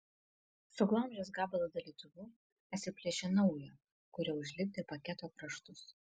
suglamžęs gabalą dalytuvu atsiplėšė naują kuriuo užlipdė paketo kraštus